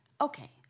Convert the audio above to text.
Okay